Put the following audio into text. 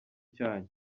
cyanyu